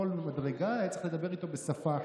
ובכל מדרגה היה צריך לדבר איתו בשפה אחרת.